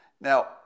Now